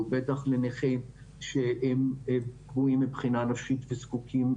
בטח לנכים שפגועים מבחינה נפשית וזקוקים